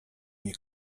nie